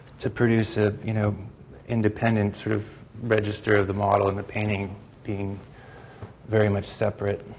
to produce a you know independent sort of register of the model in the painting being very much separate